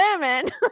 women